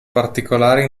particolare